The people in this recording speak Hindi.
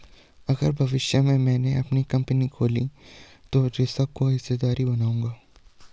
अगर भविष्य में मैने अपनी कंपनी खोली तो ऋषभ को हिस्सेदार बनाऊंगा